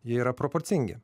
jie yra proporcingi